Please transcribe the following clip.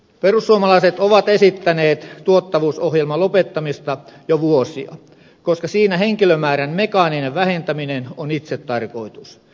perussuomalaiset ovat esittäneet tuottavuusohjelman lopettamista jo vuosia koska siinä henkilömäärän mekaaninen vähentäminen on itsetarkoitus